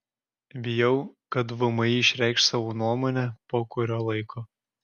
bijau kad vmi išreikš savo nuomonę po kurio laiko